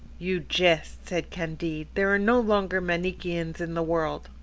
you jest, said candide there are no longer manicheans in the world.